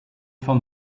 vom